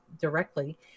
directly